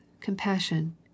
compassion